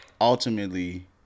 ultimately